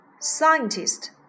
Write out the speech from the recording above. scientist